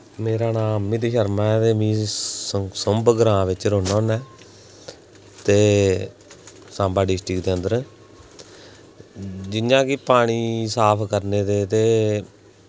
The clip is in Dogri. मेरा नांऽ अमित शर्मा ऐ ते मैं सुम्ब ग्रांऽ बिच्च रौह्ना होन्ना ऐ ते सांबा डिस्टिक दो अन्दर जि'यां के पानी साफ करने दे ते